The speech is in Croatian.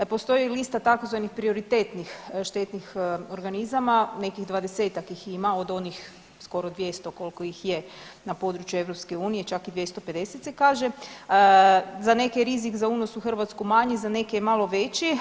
Postoji lista tzv. prioritetnih štetnih organizama, nekih 20-ak ih ima od onih skoro 200 koliko ih je na području EU, čak i 250 se kaže, za neke rizik za unos u Hrvatsku manji za neke malo veći.